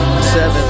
Seven